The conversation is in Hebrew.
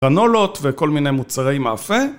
גרנולות וכל מיני מוצרים מאפה